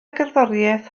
gerddoriaeth